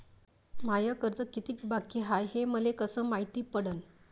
माय कर्ज कितीक बाकी हाय, हे मले कस मायती पडन?